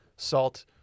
salt